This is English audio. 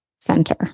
center